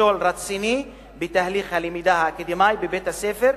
מכשול רציני בתהליך הלמידה האקדמי בבית-הספר,